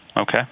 Okay